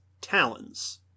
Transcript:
talons